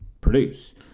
produce